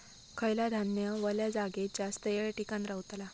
खयला धान्य वल्या जागेत जास्त येळ टिकान रवतला?